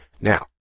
Now